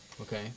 okay